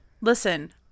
Listen